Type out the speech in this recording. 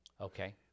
Okay